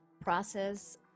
process